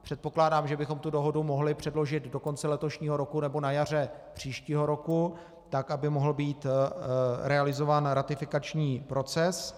Předpokládám, že bychom tu dohodu mohli předložit do konce letošního roku nebo na jaře příštího roku, tak aby mohl být realizován ratifikační proces.